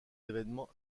évènements